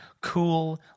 Cool